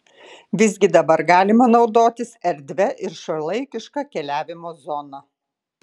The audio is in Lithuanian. visgi dabar galima naudotis erdvia ir šiuolaikiška keliavimo zona